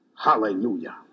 Hallelujah